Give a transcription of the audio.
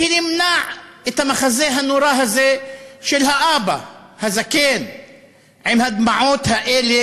שימנע את המחזה הנורא הזה של האבא הזקן עם הדמעות האלה,